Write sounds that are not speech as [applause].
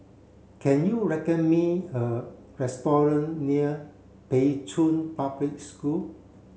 can you [unintelligible] me a restaurant near Pei Chun Public School